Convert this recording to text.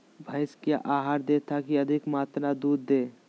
भैंस क्या आहार दे ताकि अधिक मात्रा दूध दे?